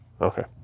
Okay